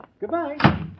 Goodbye